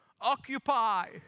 occupy